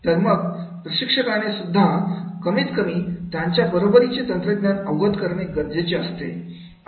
तर मग प्रशिक्षकाने सुद्धा कमीत कमी त्यांच्या बरोबरीचे तंत्रज्ञान अवगत करणे गरजेचे असते